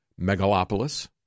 megalopolis